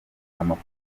amafoto